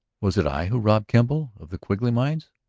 was it i who robbed kemble of the quigley mines?